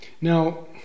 Now